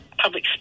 public